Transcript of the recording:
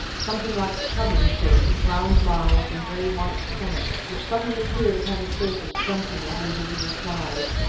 something like chub in shape, with round mouths and very white stomachs, which suddenly appeared upon the surface, jumping at invisible flies.